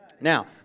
Now